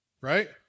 right